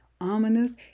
ominous